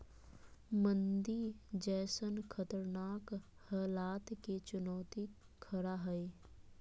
मंदी जैसन खतरनाक हलात के चुनौती खरा हइ